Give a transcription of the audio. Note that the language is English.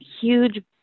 huge